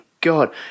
God